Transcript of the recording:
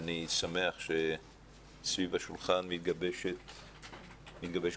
ואני שמח שסביב השולחן מתגבש קונצנזוס.